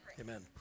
Amen